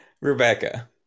Rebecca